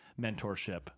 mentorship